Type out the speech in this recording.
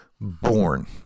born